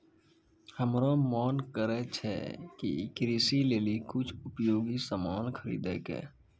हमरो मोन करै छै कि कृषि लेली कुछ उपयोगी सामान खरीदै कै